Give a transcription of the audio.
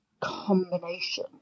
Combination